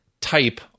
type